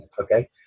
okay